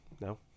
No